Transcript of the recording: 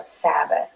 Sabbath